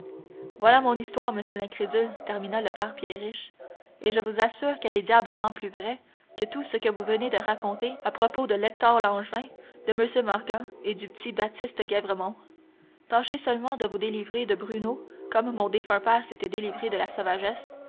voilà mon histoire monsieur l'incrédule termina le père pierriche et je vous assure qu'elle est diablement plus vraie que tout ce que vous venez nous raconter à propos de lector langevin de monsieur morgan et du p'tit baptiste guèvremont tâchez seulement de vous délivrer de bruneau comme mon défunt père s'était délivré de la sauvagesse